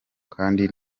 kandi